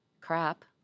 crap